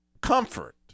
comfort